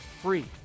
free